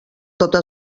tota